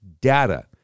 data